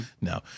No